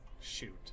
Shoot